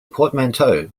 portmanteau